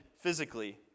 physically